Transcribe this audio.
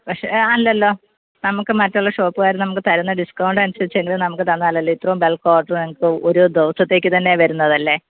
പക്ഷേ അല്ലല്ല നമുക്ക് മറ്റുള്ള ഷോപ്പ്കാർ നമുക്ക് തരുന്ന ഡിസ്കൗണ്ടനുസരിച്ച് എങ്കിലും നമുക്ക് തന്നാലല്ലേ ഇത്രോം ബൽക്ക് ഓഡർ നിങ്ങൾക്ക് ഒരു ദിവസത്തേക്ക് തന്നെ വരുന്നതല്ലേ